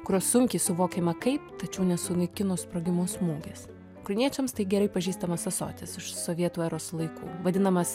kurio sunkiai suvokiama kaip tačiau nesunaikino sprogimo smūgis ukrainiečiams tai gerai pažįstamas ąsotis iš sovietų eros laikų vadinamas